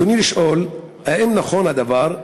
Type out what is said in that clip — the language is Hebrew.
רצוני לשאול: 1. האם נכון הדבר?